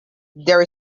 there